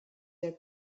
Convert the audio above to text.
der